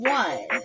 one